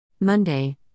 Monday